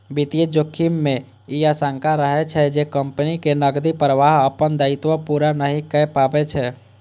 वित्तीय जोखिम मे ई आशंका रहै छै, जे कंपनीक नकदीक प्रवाह अपन दायित्व पूरा नहि कए पबै छै